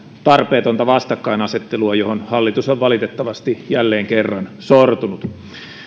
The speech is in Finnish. tarpeetonta vastakkainasettelua johon hallitus on valitettavasti jälleen kerran sortunut